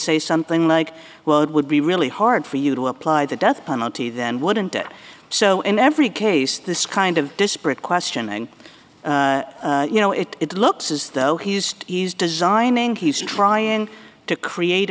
say something like well it would be really hard for you to apply the death penalty then wouldn't it so in every case this kind of disparate questioning you know it it looks as though he's he's designing he's trying to create